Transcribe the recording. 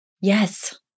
Yes